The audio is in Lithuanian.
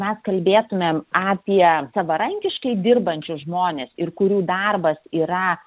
mes kalbėtumėm apie savarankiškai dirbančius žmones ir kurių darbas yra